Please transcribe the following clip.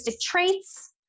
traits